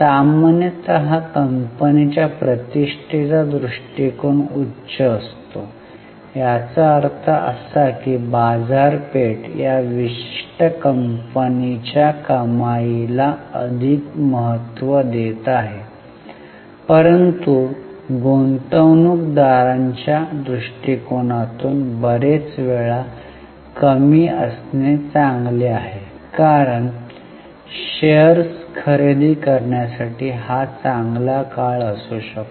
सामान्यत कंपनीच्या प्रतिष्ठेचा दृष्टिकोन उच्च असतो याचा अर्थ असा की बाजारपेठ या विशिष्ट कंपनीच्या कमाईला अधिक महत्त्व देत आहे परंतु गुंतवणूक दारांच्या दृष्टिकोनातून बरेच वेळा कमी असणे चांगले आहे कारण शेअर्स खरेदी करण्यासाठी हा चांगला काळ असू शकतो